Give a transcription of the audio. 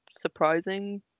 surprising